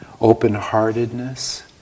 open-heartedness